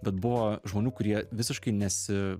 bet buvo žmonių kurie visiškai nesi